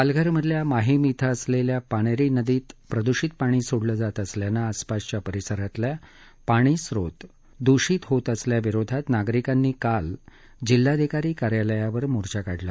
पालघर मधल्या माहीम क्विं असलेल्या पानेरी नदीत प्रदूषित पाणी सोडलं जात असल्यानं आसपासच्या परिसरातल्या पाणी स्रोत दूषित होत असल्याविरोधात नागरिकांनी काल जिल्हाधिकारी कार्यालयावर मोर्चा काढला